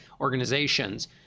organizations